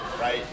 Right